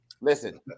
listen